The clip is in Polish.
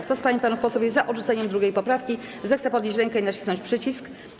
Kto z pań i panów posłów jest za odrzuceniem 2. poprawki, zechce podnieść rękę i nacisnąć przycisk.